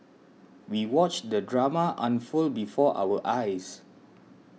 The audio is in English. we watched the drama unfold before our eyes